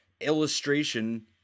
illustration